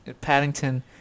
Paddington